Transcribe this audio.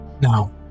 Now